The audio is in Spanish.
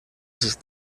sus